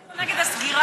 חלקנו הצביעו נגד הסגירה.